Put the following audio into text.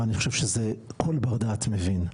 ואני חושב שזה כל בר דעת מבין,